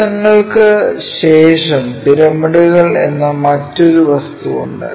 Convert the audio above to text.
പ്രിസങ്ങൾക്ക് ശേഷം പിരമിഡുകൾ എന്ന മറ്റൊരു വസ്തു ഉണ്ട്